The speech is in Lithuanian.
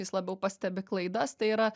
jis labiau pastebi klaidas tai yra